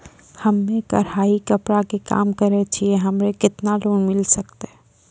हम्मे कढ़ाई कपड़ा के काम करे छियै, हमरा केतना लोन मिले सकते?